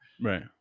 Right